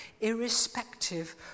irrespective